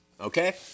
okay